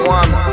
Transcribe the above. one